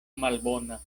malbona